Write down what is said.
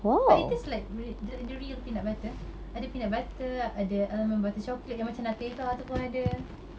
but it taste like re~ the real peanut butter ada peanut butter ada almond butter chocolate yang macam Nutella pun ada